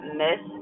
miss